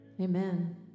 Amen